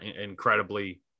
incredibly